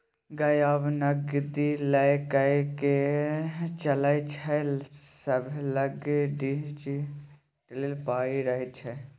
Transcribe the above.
गै आब नगदी लए कए के चलै छै सभलग डिजिटले पाइ रहय छै